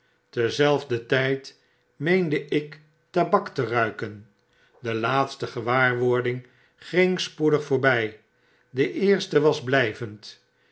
zelfder tyd meende ik tabak te ruiken de laatste gewaarwordingingspoedig voorbij de eerste was